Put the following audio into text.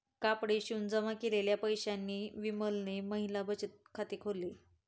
कपडे शिवून जमा केलेल्या पैशांनी विमलने महिला बचत खाते खोल्ल